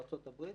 בארצות הברית,